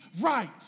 right